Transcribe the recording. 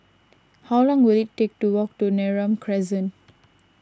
how long will it take to walk to Neram Crescent